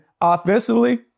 offensively